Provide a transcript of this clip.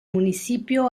municipio